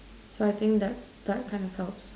so I think that that kind of helps